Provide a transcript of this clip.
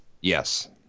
Yes